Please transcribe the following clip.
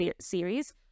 series